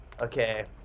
okay